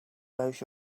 those